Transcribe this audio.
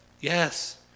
Yes